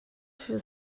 für